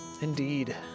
Indeed